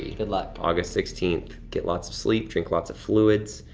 good luck. august sixteenth, get lots of sleep, drink lots of fluids,